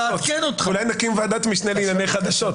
אולי נקים ועדת משנה לענייני חדשות.